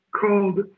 called